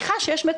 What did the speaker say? הרב גפני,